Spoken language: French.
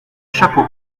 chapeau